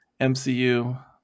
MCU